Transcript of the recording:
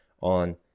on